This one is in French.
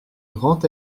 grand